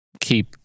keep